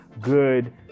good